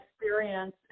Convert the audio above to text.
experience